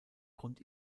grund